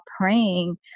praying